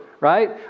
right